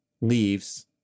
leaves